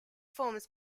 forms